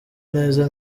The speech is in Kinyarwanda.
neza